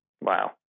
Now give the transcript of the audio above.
Wow